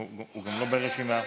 הוא גם לא ברשימה.